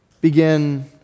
begin